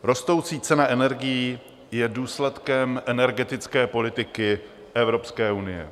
Rostoucí cena energií je důsledkem energetické politiky Evropské unie.